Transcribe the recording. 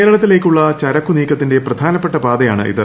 കേരളത്തിലേക്കുള്ള ചരക്കുനീക്കത്തിന്റെ പ്രധാനപ്പെട്ട പാതയാണിത്